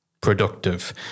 productive